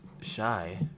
shy